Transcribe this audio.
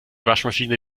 waschmaschine